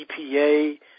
EPA